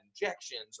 injections